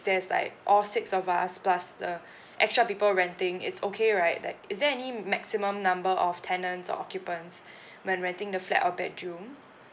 there's like all six of us plus the extra people renting it's okay right that is there any maximum number of tenants or occupants when renting the flat or bedroom